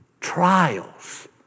trials